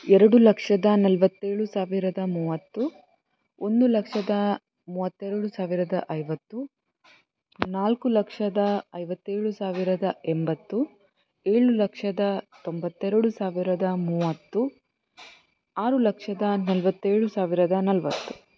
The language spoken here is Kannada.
ಎರಡು ಲಕ್ಷದ ನಲವತ್ತೇಳು ಸಾವಿರದ ಮೂವತ್ತು ಒಂದು ಲಕ್ಷದ ಮೂವತ್ತೆರಡು ಸಾವಿರದ ಐವತ್ತು ನಾಲ್ಕು ಲಕ್ಷದ ಐವತ್ತೇಳು ಸಾವಿರದ ಎಂಬತ್ತು ಏಳು ಲಕ್ಷದ ತೊಂಬತ್ತೆರಡು ಸಾವಿರದ ಮೂವತ್ತು ಆರು ಲಕ್ಷದ ನಲವತ್ತೇಳು ಸಾವಿರದ ನಲವತ್ತು